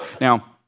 Now